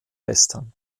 western